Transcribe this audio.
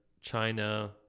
china